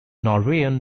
norwegian